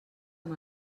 amb